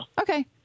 Okay